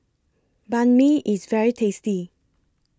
Banh MI IS very tasty